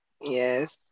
Yes